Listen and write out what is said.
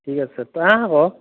ঠিক আছে তই আহ আকৌ